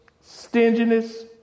stinginess